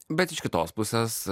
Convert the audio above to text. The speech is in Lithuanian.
bet iš kitos pusės